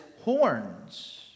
horns